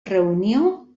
reunió